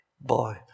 boy